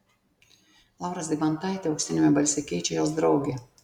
laurą zigmantaitę auksiniame balse keičia jos draugė